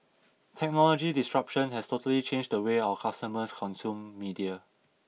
technological disruption has totally changed the way our customers consume media